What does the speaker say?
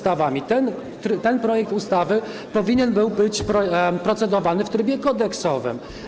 Ten projekt ustawy powinien być procedowany w trybie kodeksowym.